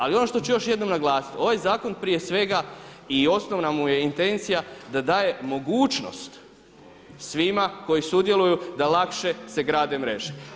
Ali ono što ću još jednom naglasiti, ovaj zakon prije svega i osnovna mu je intencija da daje mogućnost svima koji sudjeluju da lakše se grade mreže.